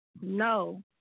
no